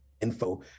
info